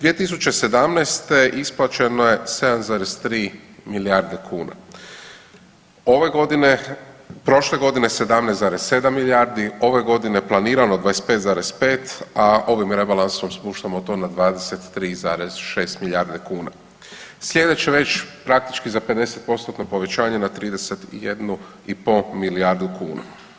2017. isplaćeno je 7,3 milijarde kuna, ove godine, prošle godine 17,7 milijardi, ove godine planirano 25,5, a ovim rebalansom spuštamo to na 23,6 milijardi kuna, slijedeće već praktički za 50%-tno povećanje na 31,5 milijardu kuna.